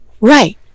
right